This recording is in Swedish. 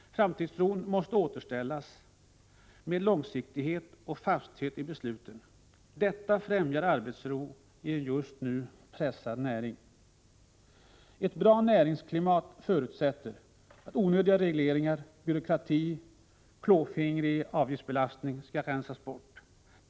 Framtidstron måste återställas, med långsiktighet och fasthet i besluten. Detta främjar arbetsro i en just nu pressad näring. Ett bra näringsklimat förutsätter att onödiga regleringar, byråkrati och en klåfingrig avgiftsbelastning rensas bort.